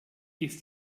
ist